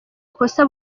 ikosa